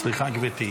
סליחה, גברתי.